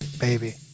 baby